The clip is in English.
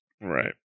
Right